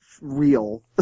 real